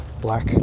black